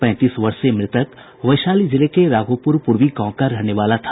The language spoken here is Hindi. पैंतीस वर्षीय मृतक वैशाली जिले के राघोपुर पूर्वी गांव का रहने वाला था